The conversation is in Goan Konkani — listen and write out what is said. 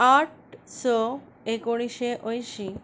आठ स एकोणिशें अंयशीं